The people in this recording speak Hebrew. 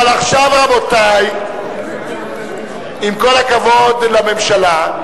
אבל עכשיו, רבותי, עם כל הכבוד לממשלה,